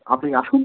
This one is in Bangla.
আপনি আসুন